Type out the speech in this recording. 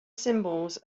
symbols